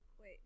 Wait